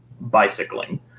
bicycling